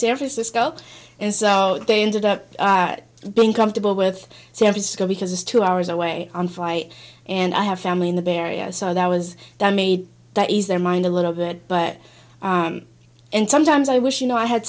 san francisco and so they ended up being comfortable with san francisco because it's two hours away on flight and i have family in the barrios so that was that made that ease their mind a little bit but and sometimes i wish you know i had